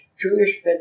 Jewish